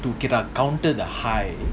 to get a counter the high